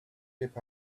keep